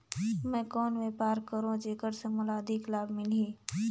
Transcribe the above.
मैं कौन व्यापार करो जेकर से मोला अधिक लाभ मिलही?